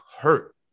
hurt